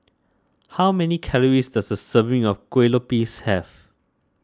how many calories does a serving of Kuih Lopes have